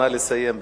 נא לסיים,